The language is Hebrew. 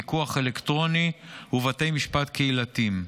פיקוח אלקטרוני ובתי משפט קהילתיים.